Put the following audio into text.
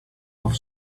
off